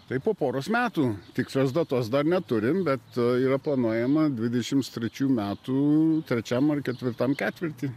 tai po poros metų tikslios datos dar neturim bet yra planuojama dvidešimt trečių metų trečiam ar ketvirtam ketvirty